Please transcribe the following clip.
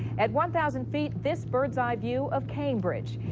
at one thousand feet, this bird's eye view of cambridge.